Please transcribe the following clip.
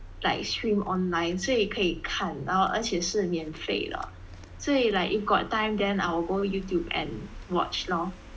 like stream online 所以可以看然后而且是免费的所以 like if got time then I will go Youtube and watch lor